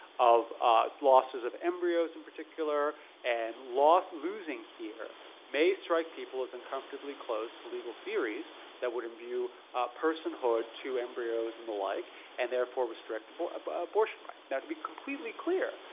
of losses of embryos in particular and losing here may strike people as uncomfortably close to legal theories that would imbue personhood to embryos and the like and therefore restrict but but abortion rights. now to be completely clear,